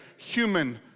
human